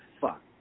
fuck